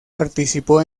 participó